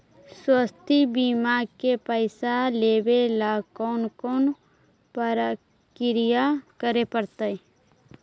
स्वास्थी बिमा के पैसा लेबे ल कोन कोन परकिया करे पड़तै?